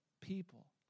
people